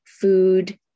food